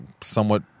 somewhat